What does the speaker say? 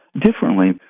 differently